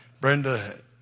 Brenda